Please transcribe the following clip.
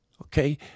Okay